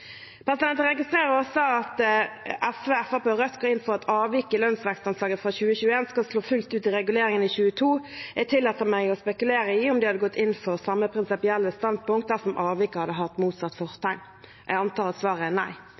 Jeg registrerer også at SV, Fremskrittspartiet og Rødt går inn for at avviket i lønnsvekstanslaget fra 2021 skal slå fullt ut i reguleringen i 2022. Jeg tillater meg å spekulere i om de hadde gått inn for samme prinsipielle standpunkt dersom avviket hadde hatt motsatt fortegn. Jeg antar at svaret er nei.